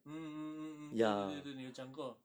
mm mm mm mm 对对对对你有讲过